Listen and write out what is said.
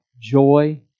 joy